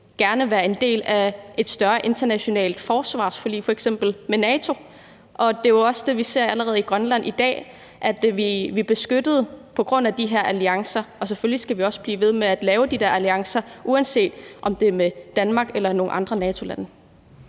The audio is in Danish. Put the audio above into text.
gerne vil være en del af et større internationalt forsvarsforlig, f.eks. med NATO. Det er jo også det, vi ser i Grønland allerede i dag, altså at vi er beskyttet på grund af de her alliancer, og selvfølgelig skal vi også blive ved med at lave de der alliancer, uanset om det er med Danmark eller nogle andre NATO-lande.